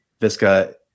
Visca